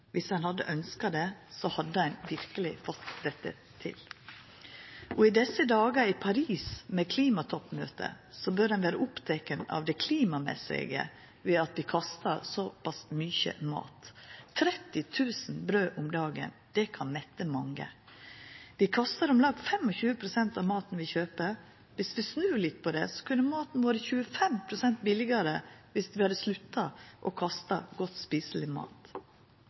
ein hadde ønskt det, så hadde ein verkeleg fått dette til. I desse dagar med klimatoppmøtet i Paris bør ein vera oppteken av det klimamessige ved at vi kastar såpass mykje mat. 30 000 brød om dagen, det kan metta mange. Vi kastar om lag 25 pst. av maten vi kjøper. Dersom vi snur litt på det: Maten kunne ha vore 25 pst. billigare dersom vi hadde slutta å kasta godt spiseleg mat.